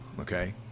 Okay